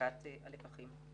הפקת הלקחים.